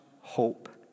hope